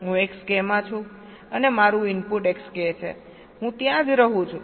હું Xk માં છું અને મારું ઇનપુટ Xk છે હું ત્યાં જ રહું છું